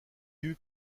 eut